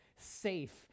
safe